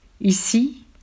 Ici